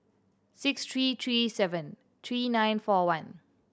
six three three seven three nine four one